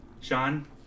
Sean